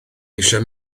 eisiau